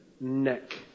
neck